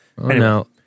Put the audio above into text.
No